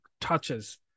touches